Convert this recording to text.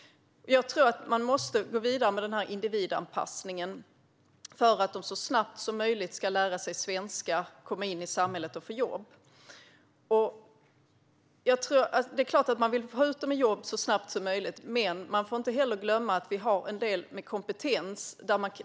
Jag tror att vi måste gå vidare med individanpassningen för att människor så snabbt som möjligt ska lära sig svenska, komma in i samhället och få jobb. Det är klart att vi vill få ut dessa människor i jobb så snabbt som möjligt, men vi får inte glömma att det finns en del personer med kompetens.